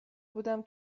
بودم